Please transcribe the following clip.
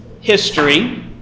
history